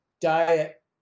diet